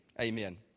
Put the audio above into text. amen